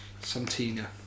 Santina